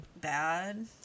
Bad